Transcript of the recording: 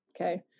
Okay